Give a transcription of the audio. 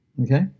Okay